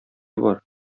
бар